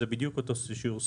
זה בדיוק אותו שיעור סיוע.